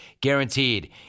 Guaranteed